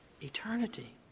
Eternity